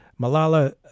Malala